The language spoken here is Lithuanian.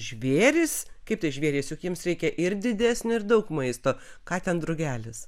žvėrys kaip tai žvėrys juk jiems reikia ir didesnio ir daug maisto ką ten drugelis